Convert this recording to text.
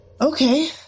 Okay